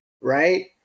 right